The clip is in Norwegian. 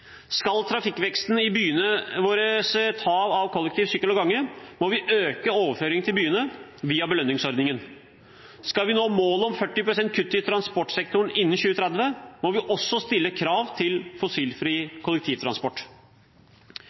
Skal trafikkveksten i byene våre tas av kollektiv, sykkel og gange, må vi øke overføringen til byene via belønningsordningen. Skal vi nå målet om 40 pst. kutt i transportsektoren innen 2030, må vi også stille krav til fossilfri kollektivtransport.